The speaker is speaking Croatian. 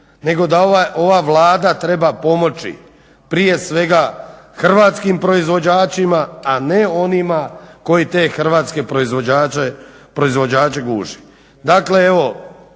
nego da ova Vlada treba pomoći prije svega hrvatskim proizvođačima, a ne onima koji te hrvatske proizvođače guši.